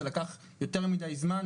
זה לקח יותר מדי זמן.